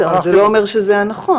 זה לא אומר שזה הנכון.